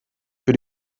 für